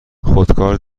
خودکار